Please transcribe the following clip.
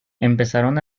empezaron